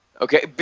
okay